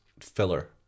filler